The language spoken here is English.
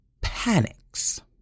panics